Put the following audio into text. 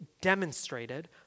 demonstrated